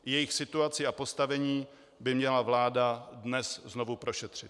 Jejich situaci a postavení by měla vláda dnes znovu prošetřit.